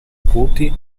acuti